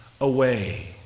away